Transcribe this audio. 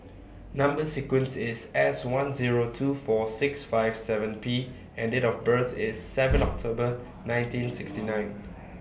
Number sequence IS S one Zero two four six five seven P and Date of birth IS seven October nineteen sixty nine